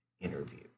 interview